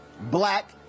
black